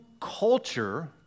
culture